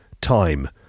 time